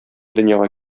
дөньяга